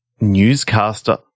Newscaster